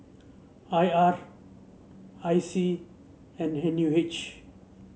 I R I C and N U H